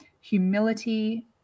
humility